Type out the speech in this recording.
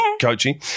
coaching